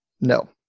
No